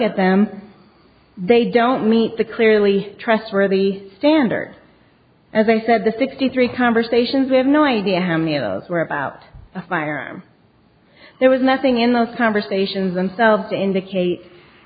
at them they don't meet the clearly trustworthy standards as i said the sixty three conversations we have no idea how many of those were about a firearm there was nothing in those conversations themselves to indicate